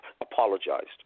apologized